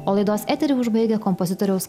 o laidos eterį užbaigia kompozitoriaus